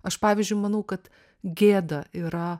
aš pavyzdžiui manau kad gėda yra